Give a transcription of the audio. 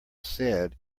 said